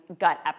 gut